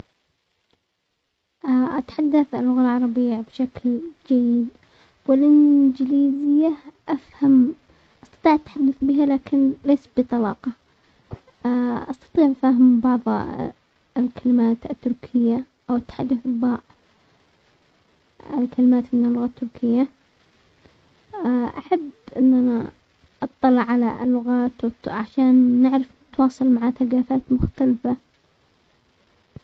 اتحدث اللغة العربية بشكل جيد والانجليزية افهم اثبات تتحدث بها لكن ليست بطلاقة، استطيع فهم بابا الكلمات التركية او التحدث بالكلمات من اللغة التركية، احب ان انا اطلع على اللغات عشان نعرف نتواصل مع ثقافات مختلفة.